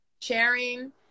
sharing